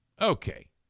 Okay